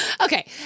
Okay